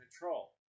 control